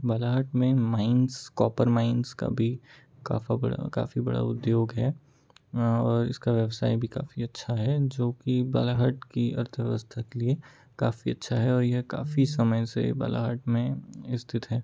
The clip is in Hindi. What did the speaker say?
बालाघाट में माइन्स कॉपर माइन्स का भी काफ़ी बड़ा उद्योग है और इसका व्यवसाय भी काफ़ी अच्छा है जो की बालाघाट की अर्थव्यवस्था के लिए काफ़ी अच्छा है और यह काफ़ी समय से बालाघाट में स्थित है